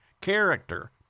character